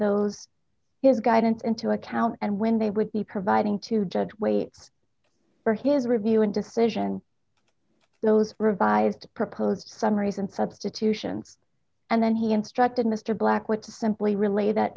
those his guidance into account and when they would be providing to judge wait for his review and decision those revived proposed summaries and substitutions and then he instructed mr blackwood to simply relay that